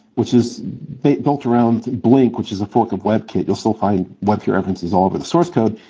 which is built built around blink, which is a fork of webkit. you'll still find webkit references all over the source code.